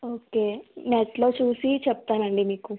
okay net లో చూసి చెప్తానండి మీకు